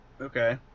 Okay